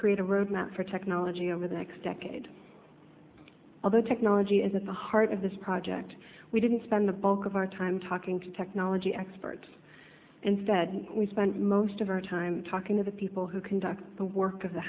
create a roadmap for technology over the next decade although technology is at the heart of this project we didn't spend the bulk of our time talking to technology experts instead we spent most of our time talking to the people who conducted the work of the